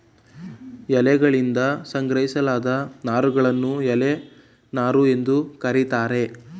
ಎಲೆಯಗಳಿಂದ ಸಂಗ್ರಹಿಸಲಾದ ನಾರುಗಳನ್ನು ಎಲೆ ನಾರು ಎಂದು ಕರೀತಾರೆ